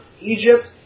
egypt